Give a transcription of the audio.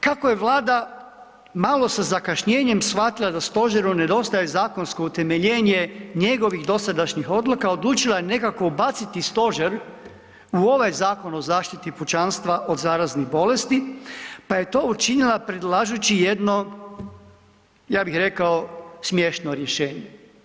Kako je Vlada malo sa zakašnjenjem shvatila da stožeru nedostaje zakonsko utemeljenje njegovih dosadašnjih odluka, odlučila je nekako ubaciti stožer u ovaj Zakon o zaštiti pučanstva od zaraznih bolesti, pa je to učinila predlažući jedno, ja bih rekao, smiješno rješenje.